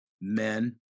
men